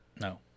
No